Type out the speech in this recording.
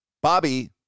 Bobby